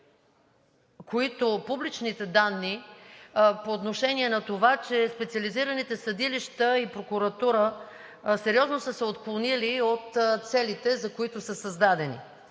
публичните данни по отношение на това, че специализираните съдилища и прокуратура сериозно са се отклонили от целите, за които са създадени.